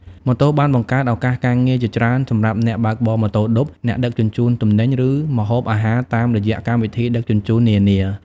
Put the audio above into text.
ម៉ូតូបានបង្កើត ឱកាសការងារ ជាច្រើនសម្រាប់អ្នកបើកម៉ូតូឌុប អ្នកដឹកជញ្ជូនទំនិញ ឬម្ហូបអាហារតាមរយៈកម្មវិធីដឹកជញ្ជូននានា ។